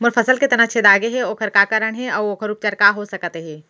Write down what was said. मोर फसल के तना छेदा गेहे ओखर का कारण हे अऊ ओखर उपचार का हो सकत हे?